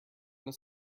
his